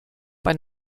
bei